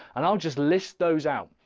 and i'll just list those out.